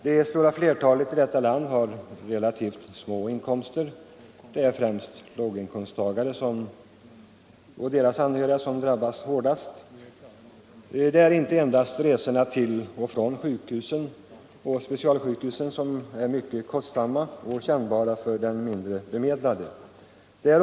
Det stora flertalet människor i vårt land har relativt små inkomster, och det är låginkomsttagare och deras anhöriga som drabbas hårdast. Det är inte endast resorna till och från regionsjukhusen och specialsjukhusen som är mycket kostsamma för den mindre bemedlade.